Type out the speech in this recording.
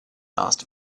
asked